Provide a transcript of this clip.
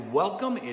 welcome